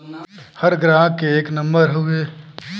हर ग्राहक के एक नम्बर हउवे